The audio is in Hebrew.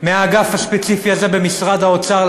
מהאגף הספציפי הזה במשרד האוצר,